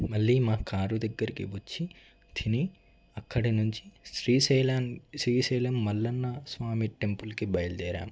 మళ్ళీ మా కార్ దగ్గరికి వచ్చి తిని అక్కడ నుంచి శ్రీశైలం శ్రీశైలం మల్లన్న స్వామి టెంపుల్కి బయలుదేరాము